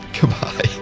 Goodbye